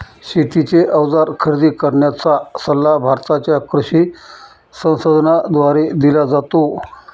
शेतीचे अवजार खरेदी करण्याचा सल्ला भारताच्या कृषी संसाधनाद्वारे दिला जातो